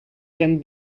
can